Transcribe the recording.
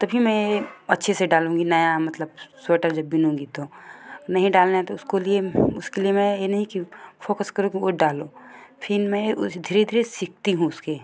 तभी मैं अच्छे से डालूँगी नया मतलब स्वेटर जब बिनूँगी तो नहीं डालना है तो उसकाे लिए उसके लिए मैं ये नहीं कि फोकस करूँ कि वो डालो फिर मैं उस धीरे धीरे सीखती हूँ उसके